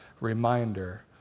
reminder